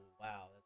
wow